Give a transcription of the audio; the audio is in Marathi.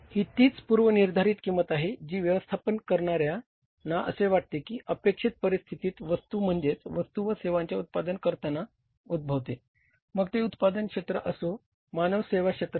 ही तीच पूर्व निर्धारित किंमत आहे जी व्यवस्थापन करणार्यांना असे वाटते की ही अपेक्षित परिस्थितीत वस्तू म्हणजेच वस्तू व सेवांच्या उत्पादन करताना उध्दभवते मग ते उत्पादन क्षेत्र असो मानव सेवा क्षेत्र असो